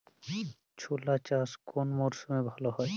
ছোলা চাষ কোন মরশুমে ভালো হয়?